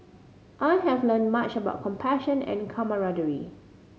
I have learned much about compassion and camaraderie